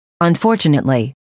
Unfortunately